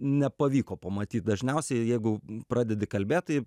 nepavyko pamatyt dažniausiai jeigu pradedi kalbėt tai